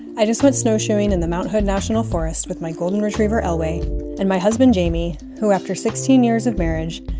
i just went snowshoeing in the mt. hood national forest with my golden retriever elway and my husband jamie, who, after sixteen years of marriage,